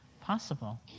possible